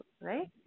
right